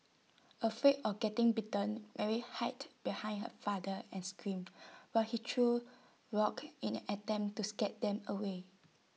afraid of getting bitten Mary hid behind her father and screamed while he threw rocks in an attempt to scare them away